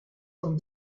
sont